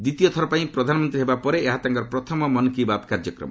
ଦ୍ୱିତୀୟଥର ପାଇଁ ପ୍ରଧାନମନ୍ତ୍ରୀ ହେବା ପରେ ଏହା ତାଙ୍କର ପ୍ରଥମ ମନ୍ କି ବାତ୍ କାର୍ଯ୍ୟକ୍ରମ